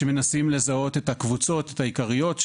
שמנסים לזהות את הקבוצות העיקריות.